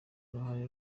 uruhare